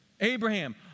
Abraham